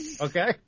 Okay